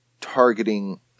targeting